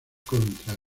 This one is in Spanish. contra